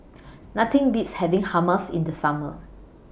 Nothing Beats having Hummus in The Summer